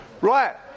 Right